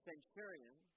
centurion